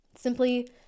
Simply